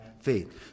faith